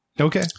Okay